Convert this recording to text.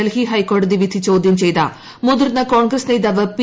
ഡൽഹി ഹൈക്കോടതിപ്പിധ് ചോദ്യം ചെയ്ത മുതിർന്ന കോൺഗ്രസ് നേതാപ്പിച്ചി